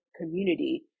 community